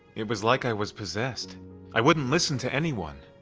it was like i was possessed i wouldn't listen to anyone.